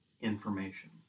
information